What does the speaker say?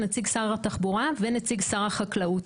נציג שר התחבורה ונציג שר החקלאות.